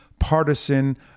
partisan